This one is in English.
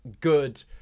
good